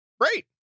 Great